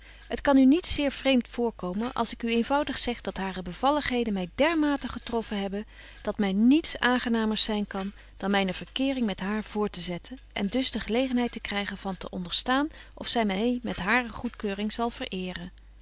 het kan u niet zeer vreemt voorkomen als ik u eenvoudig zeg dat hare bevalligheden my dermate getroffen hebben dat my niets aangenamers zyn kan dan myne verkeering met haar voort te zetten en dus de gelegenheid te krygen van te onderstaan of zy my met hare goedkeuring zal verëeren